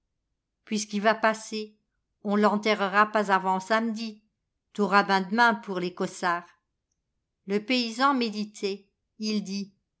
puisqu'i va passer on l'enterrera pas avant samedi t'auras ben d'main pour les cossards le paysan méditait il dit